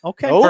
Okay